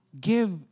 give